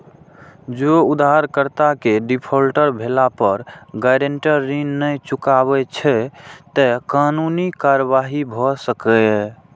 जौं उधारकर्ता के डिफॉल्टर भेला पर गारंटर ऋण नै चुकबै छै, ते कानूनी कार्रवाई भए सकैए